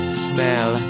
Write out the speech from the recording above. smell